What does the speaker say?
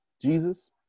Jesus